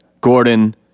gordon